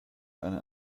eine